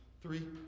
Three